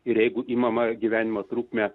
ir jeigu imama gyvenimo trukmę